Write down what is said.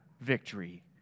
victory